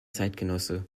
zeitgenosse